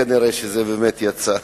כנראה שזה באמת יצא מהלב.